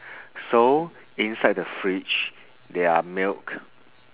so inside the fridge there are milk